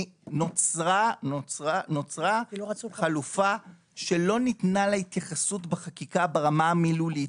נוצרה חלופה שלא ניתנה לה התייחסות בחקיקה הרמה המילולית.